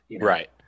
Right